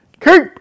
keep